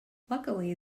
luckily